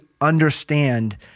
understand